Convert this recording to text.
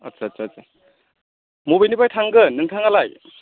आच्चा आच्चा आच्चा बबेनिफ्राय थांगोन नोंथाङालाय